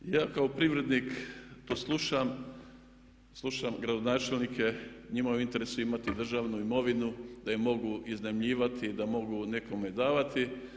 Ja kao privrednik to slušam, slušam gradonačelnike, njima je u interesu imati državu imovinu da je mogu iznajmljivati, da mogu nekome davati.